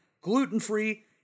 gluten-free